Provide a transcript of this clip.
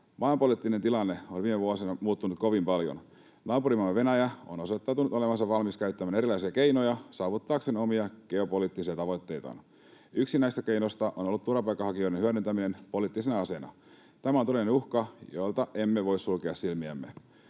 Maailmanpoliittinen tilanne on viime vuosina muuttunut kovin paljon. Naapurimaamme Venäjä on osoittanut olevansa valmis käyttämään erilaisia keinoja saavuttaakseen omia geopoliittisia tavoitteitaan. Yksi näistä keinoista on ollut turvapaikanhakijoiden hyödyntäminen poliittisena aseena. Tämä on todellinen uhka, jolta emme voi sulkea silmiämme.